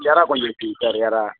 இறா கொஞ்சம் வச்சுருங்க சார் இறா